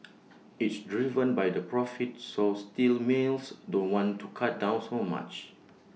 it's driven by the profit so steel mills don't want to cut down so much